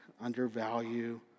undervalue